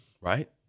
right